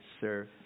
serve